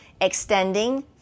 extending